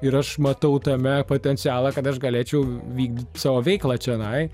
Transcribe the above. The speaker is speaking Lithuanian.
ir aš matau tame potencialą kad aš galėčiau vykdyti savo veiklą čionai